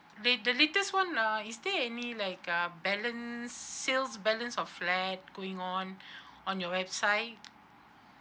la~ the latest one uh is there any like uh balance sales balance of flat going on on your website